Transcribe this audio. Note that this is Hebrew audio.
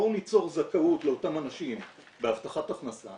בואו ניצור זכאות לאותם אנשים בהבטחת הכנסה